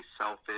selfish